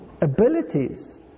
abilities